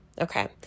okay